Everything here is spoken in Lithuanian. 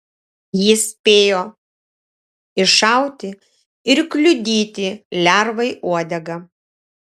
jis spėjo iššauti ir kliudyti lervai uodegą